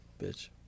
Bitch